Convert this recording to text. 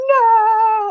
no